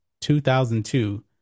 2002